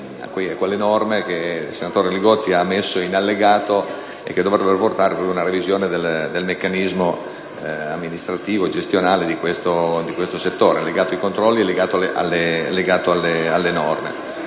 a quelle norme che il senatore Li Gotti ha indicato in allegato e che dovrebbero portare ad una revisione del meccanismo amministrativo e gestionale di questo settore, legato ai controlli e alle norme.